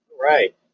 right